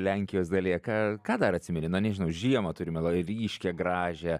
lenkijos dalyje ką ką dar atsimeni na nežinau žiemą turime labai ryškią gražią